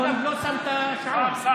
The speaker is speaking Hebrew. אגב, לא שמת שעון.